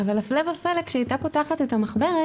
אבל הפלא ופלא, כשהיא הייתה פותחת את המחברת